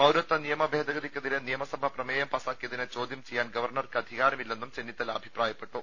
പൌരത്വ നിയമ ഭേദഗതിക്കെതിരെ നിയമസഭ പ്രമേയം പാസാക്കിയതിനെ ചോദ്യം ചെയ്യാൻ ഗവർണർക്ക് അധികാരമി ല്ലെന്നും ചെന്നിത്തല അഭിപ്രായപ്പെട്ടു